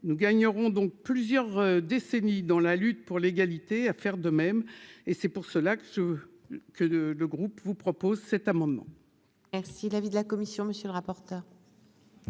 nous gagnerons donc plusieurs décennies dans la lutte pour l'égalité, à faire de même et c'est pour cela que je que le le groupe vous propose cet amendement. Merci l'avis de la commission, monsieur le rapporteur.